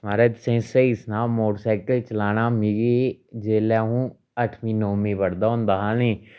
महाराज तुसें स्हेई सनां मोटरसाइकल चलाना मिगी जेल्लै आं'ऊ अठमीं नौमीं पढ़दा होंदा ही नी